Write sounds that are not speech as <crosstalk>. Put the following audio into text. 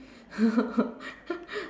<laughs>